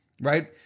right